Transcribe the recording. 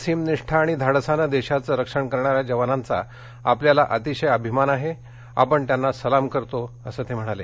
असीम निष्ठा आणि धाड्सानं देशाचं रक्षण करणाऱ्या जवानांचा आपल्याला अतिशय अभिमान आहे आपण त्यांना सलाम करतो असं ते म्हणाले